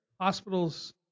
hospitals